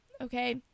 Okay